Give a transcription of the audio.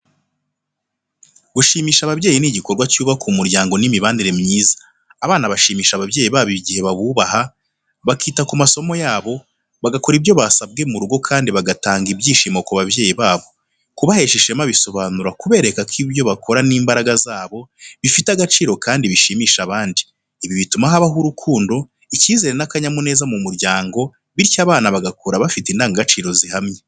Gushimisha ababyeyi ni igikorwa cyubaka umuryango n’imibanire myiza. Abana bashimisha ababyeyi babo igihe babubaha, bakita ku masomo yabo, bagakora ibyo basabwe mu rugo kandi bagatanga ibyishimo ku babyeyi babo. Kubahesha ishema bisobanura kubereka ko ibyo bakora n’imbaraga zabo, bifite agaciro kandi bishimisha abandi. Ibi bituma habaho urukundo, icyizere n’akanyamuneza mu muryango, bityo abana bagakura bafite indangagaciro zihamye.